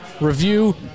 review